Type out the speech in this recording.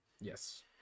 Yes